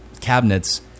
cabinets